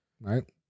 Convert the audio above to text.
Right